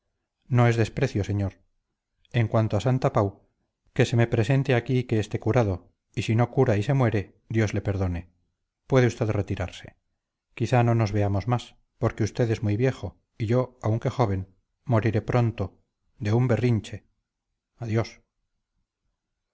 no es desprecio señor en cuanto a santapau que se me presente así que esté curado y si no cura y se muere dios le perdone puede usted retirarse quizás no nos veamos más porque usted es muy viejo y yo aunque joven moriré pronto de un berrinche adiós